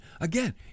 Again